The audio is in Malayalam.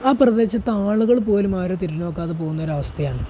ആ പ്രദേശത്തെ ആളുകൾ പോലും ആരും തിരുഞ്ഞുനോക്കാതെ പോകുന്നയൊരു അവസ്ഥയാണ്